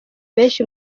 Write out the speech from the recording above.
benshi